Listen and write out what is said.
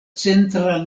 centra